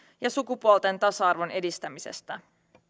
ja sukupuolten tasa arvon edistämisestä